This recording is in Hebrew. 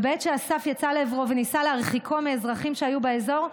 ובעת שאסף יצא לעברו וניסה להרחיקו מאזרחים שהיו באזור,